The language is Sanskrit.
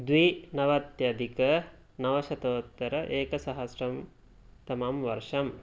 द्विनवत्यधिक नवशतोत्तर एकसहस्रतमं वर्षम्